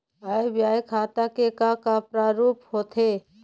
आय व्यय खाता के का का प्रारूप होथे?